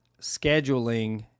scheduling